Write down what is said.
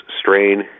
strain